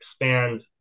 expand